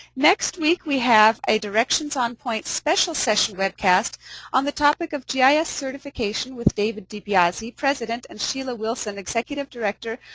next week we have a directions on-point special session webcast on the topic of gis yeah ah certification with david dibiase, president, and sheila wilson, executive director,